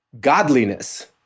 godliness